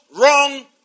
wrong